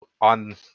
on